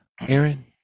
Aaron